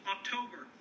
October